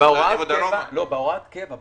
בהוראות קבע,